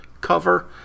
cover